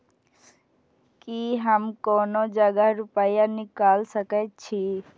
की हम कोनो जगह रूपया निकाल सके छी?